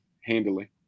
handily